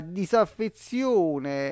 disaffezione